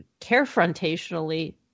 carefrontationally